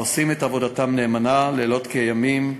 העושים את עבודתם נאמנה לילות כימים.